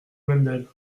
wendel